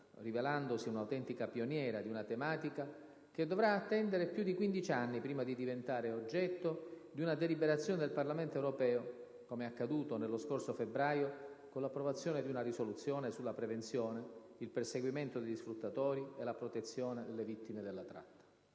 rivelandosi un'autentica pioniera di una tematica che dovrà attendere più di quindici anni prima di diventare oggetto di una deliberazione del Parlamento europeo, come accaduto nello scorso febbraio con l'approvazione di una risoluzione sulla prevenzione, il perseguimento degli sfruttatori e la protezione delle vittime delle tratta.